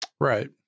Right